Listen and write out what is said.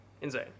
insane